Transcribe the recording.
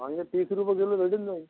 वांगे तीस रुपये किलो भेटून जाईल